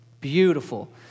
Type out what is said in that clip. beautiful